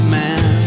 man